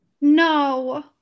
no